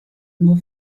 nur